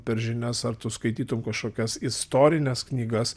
per žinias ar tu skaitytum kažkokias istorines knygas